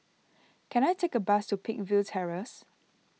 can I take a bus to Peakville Terrace